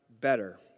better